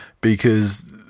because-